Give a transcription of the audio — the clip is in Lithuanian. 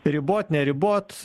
ribot neribot